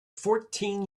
fourteen